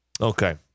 Okay